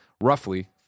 roughly